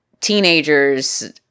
teenagers